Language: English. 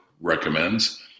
recommends